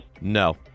No